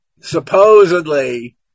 supposedly